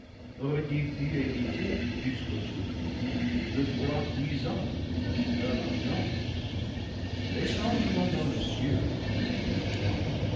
aurait-il pu éviter plus qu'aujourd'hui le froid cuisant et la chaleur ardente ces changements dans les cieux bien que lents